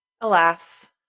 alas